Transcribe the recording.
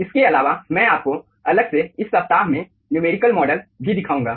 इसके अलावा मैं आपको अलग से इस सप्ताह में न्यूमेरिकल मॉडल भी दिखाऊंगा